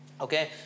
Okay